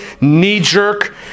knee-jerk